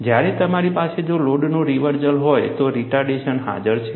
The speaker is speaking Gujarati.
જ્યારે મારી પાસે જો લોડનું રિવર્સલ હોય તો રિટર્ડેશન હાજર છે